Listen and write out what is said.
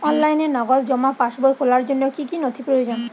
অনলাইনে নগদ জমা পাসবই খোলার জন্য কী কী নথি প্রয়োজন?